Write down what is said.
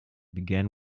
began